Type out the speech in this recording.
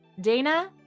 Dana